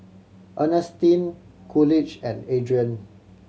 Earnestine Coolidge and Adrain